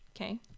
Okay